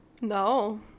No